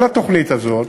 כל התוכנית הזאת